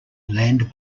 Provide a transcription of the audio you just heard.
land